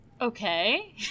Okay